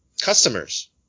Customers